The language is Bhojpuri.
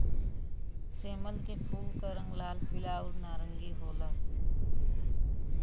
सेमल के फूल क रंग लाल, पीला आउर नारंगी होला